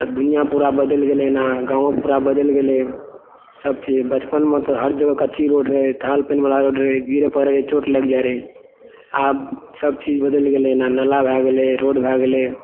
तऽ दुनिआ पूरा बदलि गेलय एना गाँवओ पूरा बदलि गेलय सभचीज बचपनमे तऽ हर जगह कच्ची रोड रहै थाल पानि बला रोड रहै गिरय पड़य रहिए चोट लागि जाइत रहै आबऽ सभचीज बदलि गेलय एना नाला भए गेलय रोड भए गेलय